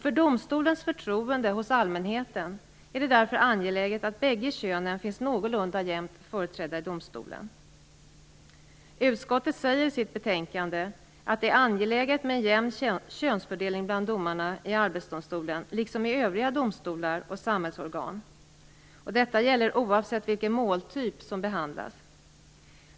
För domstolens förtroende hos allmänheten är det därför angeläget att bägge könen finns någorlunda jämnt företrädda i domstolen. Utskottet säger i betänkandet att det är angeläget med en jämn könsfördelning bland domarna i Arbetsdomstolen liksom i övriga domstolar och samhällsorgan. Detta gäller oavsett vilken måltyp som behandlas.